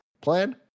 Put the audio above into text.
Plan